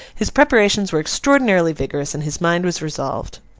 his preparations were extraordinarily vigorous, and his mind was resolved.